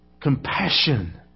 Compassion